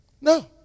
No